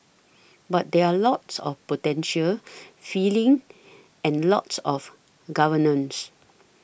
but there are lots of potential feelings and lots of governments